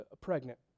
pregnant